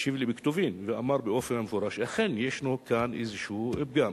השיב לי בכתובים ואמר באופן המפורש שאכן ישנו כאן איזשהו פגם.